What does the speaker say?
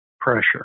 pressure